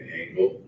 angle